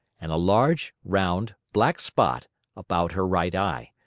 and a large, round, black spot about her right eye,